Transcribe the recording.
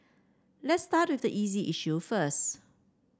let's start with the easy issue first